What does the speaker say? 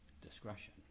discretion